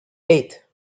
eight